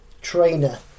trainer